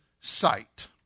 sight